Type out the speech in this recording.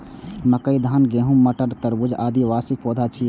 मकई, धान, गहूम, मटर, तरबूज, आदि वार्षिक पौधा छियै